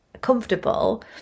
comfortable